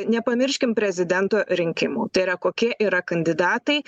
nepamirškim prezidento rinkimų tai yra kokie yra kandidatai